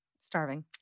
starving